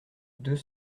deux